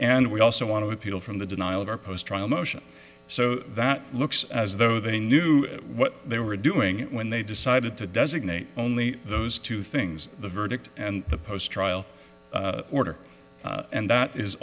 and we also want to appeal from the denial of our post trial motions so that looks as though they knew what they were doing when they decided to designate only those two things the verdict and the post trial order and that is